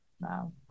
Wow